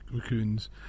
raccoons